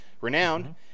Renowned